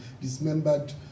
dismembered